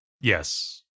Yes